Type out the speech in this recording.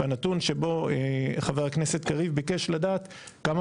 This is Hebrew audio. הנתון שבו חבר הכנסת קריב ביקש לדעת כמה